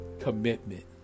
commitment